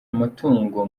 amatungo